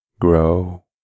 grow